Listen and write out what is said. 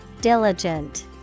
Diligent